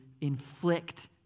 inflict